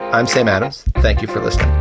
i'm sam adams. thank you for listening